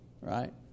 right